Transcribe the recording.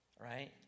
Right